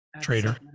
trader